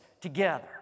together